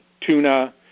tuna